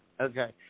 Okay